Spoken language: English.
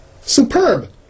superb